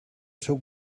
seu